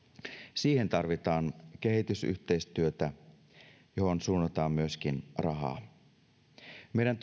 siihen tarvitaan kehitysyhteistyötä johon suunnataan myöskin rahaa meidän